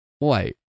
wait